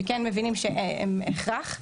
שכן מבינים שהם הכרח.